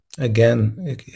Again